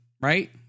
right